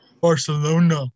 Barcelona